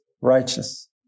righteous